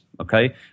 okay